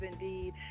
indeed